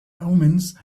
omens